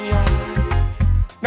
Now